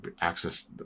access